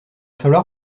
falloir